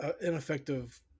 ineffective